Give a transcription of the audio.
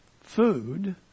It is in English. food